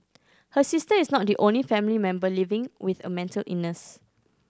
her sister is not the only family member living with a mental illness